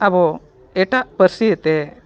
ᱟᱵᱚ ᱮᱴᱟᱜ ᱯᱟᱹᱨᱥᱤᱛᱮ